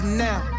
now